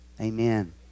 Amen